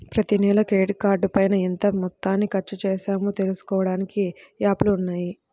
ప్రతినెలా క్రెడిట్ కార్డుపైన ఎంత మొత్తాన్ని ఖర్చుచేశామో తెలుసుకోడానికి యాప్లు ఉన్నయ్యి